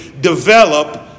develop